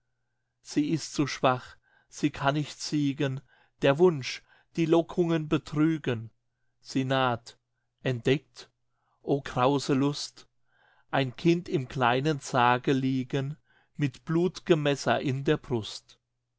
sie ist zu schwach sie kann nicht siegen der wunsch die lockungen betrügen sie naht entdeckt o grause lust ein kind im kleinen sarge liegen mit blut'gem messer in der brust